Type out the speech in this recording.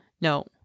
No